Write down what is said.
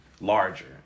larger